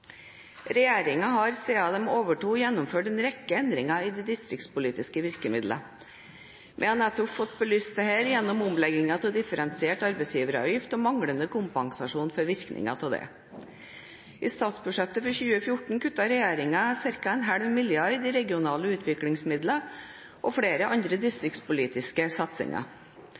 har, siden de overtok, gjennomført en rekke endringer i de distriktspolitiske virkemidlene. Vi har nettopp fått belyst dette gjennom omleggingen av differensiert arbeidsgiveravgift og manglende kompensasjon for virkningene av det. I statsbudsjettet for 2014 kuttet regjeringen ca. en halv milliard kroner i regionale utviklingsmidler og flere andre distriktspolitiske satsinger.